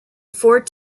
four